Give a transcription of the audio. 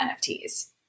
NFTs